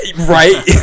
Right